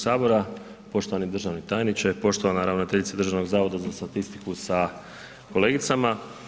Poštovani državni tajniče, poštovana ravnateljice Državnog zavoda za statistiku sa kolegicama.